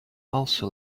also